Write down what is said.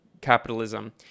capitalism